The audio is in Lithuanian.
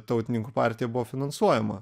tautininkų partija buvo finansuojama